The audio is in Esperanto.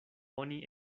oni